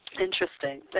Interesting